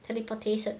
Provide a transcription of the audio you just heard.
teleportation